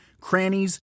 crannies